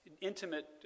intimate